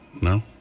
No